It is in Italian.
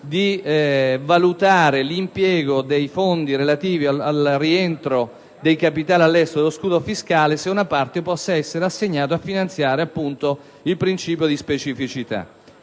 di valutare l'impiego dei fondi relativi al rientro dei capitali all'estero con lo scudo fiscale, se una parte possa essere assegnata a finanziare il principio di specificità.